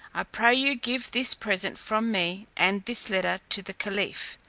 i pray you give this present from me, and this letter to the caliph,